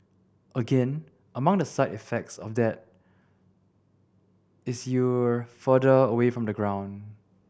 again among the side effects of that is you're further away from the ground